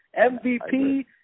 MVP